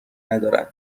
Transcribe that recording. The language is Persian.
ندارند